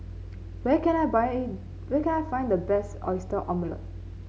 where can I buy where can I find the best Oyster Omelette